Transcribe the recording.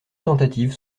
tentatives